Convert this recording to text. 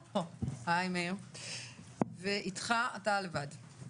לתיקון 200. אנחנו נעלה את קצבאות הנכים ל-3,700 שקלים,